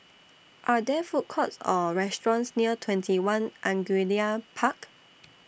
Are There Food Courts Or restaurants near TwentyOne Angullia Park